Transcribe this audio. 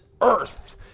earth